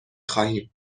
خواهیم